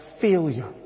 failure